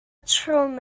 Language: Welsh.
trwm